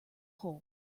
hole